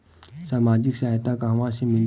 सामाजिक सहायता कहवा से मिली?